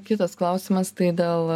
kitas klausimas tai dėl